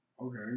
Okay